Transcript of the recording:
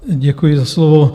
Děkuji za slovo.